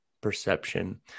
Perception